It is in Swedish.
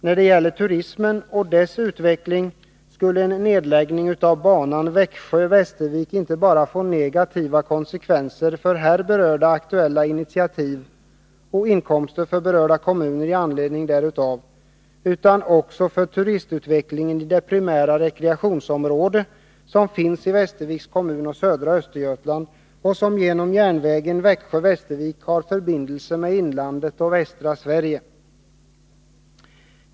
När det gäller turismen och dess utveckling skulle en nedläggning av banan Växjö-Väster vik inte bara få negativa konsekvenser för här berörda aktuella initiativ och inkomster för berörda kommuner i anledning därav, utan också för turistutvecklingen i det primära rekreationsområde i Västerviks kommun och södra Östergötland som genom järnvägen Växjö-Västervik har förbindelse med inlandet och västra Sverige.